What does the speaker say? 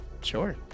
Sure